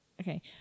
okay